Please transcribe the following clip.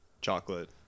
chocolate